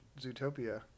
Zootopia